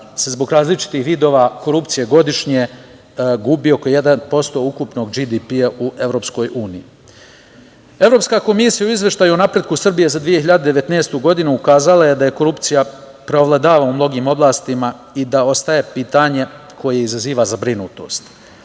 se zbog različitih vidova korupcije godišnje gubi oko 1% ukupnog BDP u EU.Evropska komisija u izveštaju o napretku Srbije za 2019. godine je ukazala da korupcija preovladava u mnogim oblastima i da ostaje pitanje koje izaziva zabrinutost.